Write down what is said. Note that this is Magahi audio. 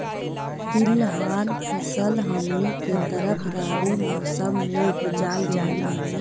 तिलहन फसल हमनी के तरफ रबी मौसम में उपजाल जाला